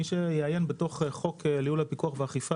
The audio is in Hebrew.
מי שיעיין בחוק לייעול הפיקוח והאכיפה,